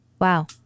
Wow